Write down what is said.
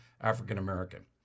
African-American